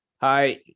Hi